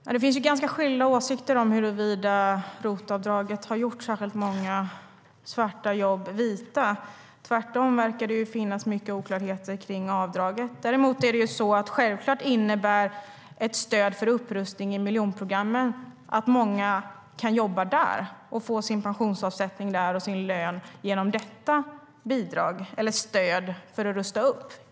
Fru talman! Det finns ganska skilda åsikter huruvida ROT-avdraget har gjort särskilt många svarta jobb vita. Tvärtom verkar det finns mycket oklarheter kring avdraget. Däremot är det självklart så att ett stöd för upprustning i miljonprogrammen innebär att många kan jobba och få sin lön och pensionsavsättning där genom detta stöd för att rusta upp.